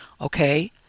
okay